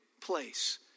place